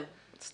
יש